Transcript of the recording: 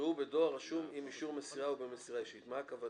יקראו "בדואר רשום עם אישור מסירה או במסירה אישית"; מה הכוונה?